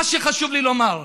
מה שחשוב לי לומר,